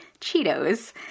Cheetos